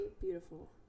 beautiful